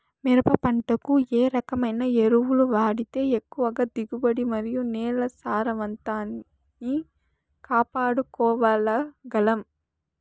మిరప పంట కు ఏ రకమైన ఎరువులు వాడితే ఎక్కువగా దిగుబడి మరియు నేల సారవంతాన్ని కాపాడుకోవాల్ల గలం?